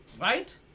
right